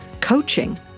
coaching